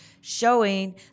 showing